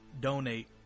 donate